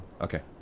Okay